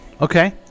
Okay